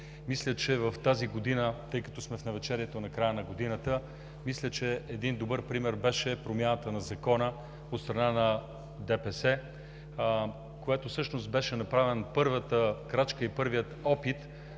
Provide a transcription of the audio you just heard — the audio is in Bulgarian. и за частните медии. Тъй като сме в навечерието на края на годината, мисля, че един добър пример беше промяната на Закона от страна на ДПС, с което всъщност беше направена първата крачка и първият опит